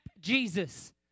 Jesus